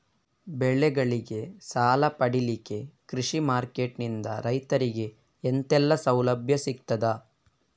ಬೆಳೆಗಳಿಗೆ ಸಾಲ ಪಡಿಲಿಕ್ಕೆ ಕೃಷಿ ಮಾರ್ಕೆಟ್ ನಿಂದ ರೈತರಿಗೆ ಎಂತೆಲ್ಲ ಸೌಲಭ್ಯ ಸಿಗ್ತದ?